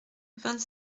vingt